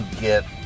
get